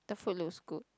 the food looks good